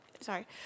Sorry